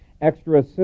extra